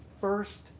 first